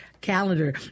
calendar